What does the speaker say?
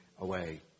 away